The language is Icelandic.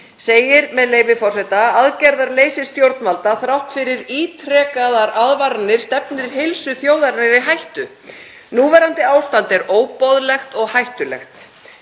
segir, með leyfi forseta: „Aðgerðaleysi stjórnvalda, þrátt fyrir ítrekaðar aðvaranir, stefnir heilsu þjóðarinnar í hættu. Núverandi ástand er óboðlegt og hættulegt.